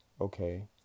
okay